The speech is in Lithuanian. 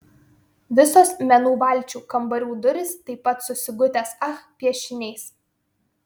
visos menų valčių kambarių durys taip pat su sigutės ach piešiniais